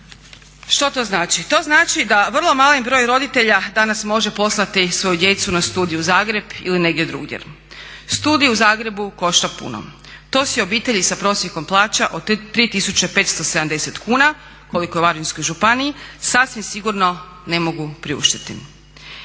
Što to znači? To znači da vrlo mali broj roditelja danas može poslati svoju djecu na studij u Zagreb ili negdje drugdje. Studiji u Zagrebu košta puno. To se obitelji sa prosjekom plaća od 3.570 kuna koliko je u Varaždinskoj županiji sasvim sigurno ne mogu priuštiti.